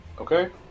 okay